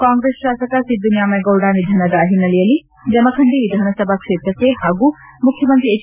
ಕಾಂಗ್ರೆಸ್ ಶಾಸಕ ಸಿದ್ದುನ್ಯಾಮಗೌಡ ನಿಧನದ ಹಿನ್ನೆಲೆಯಲ್ಲಿ ಜಮಖಂಡಿ ವಿಧಾನಸಭಾ ಕ್ಷೇತ್ರಕ್ಕೆ ಹಾಗೂ ಮುಖ್ಯಮಂತ್ರಿ ಎಚ್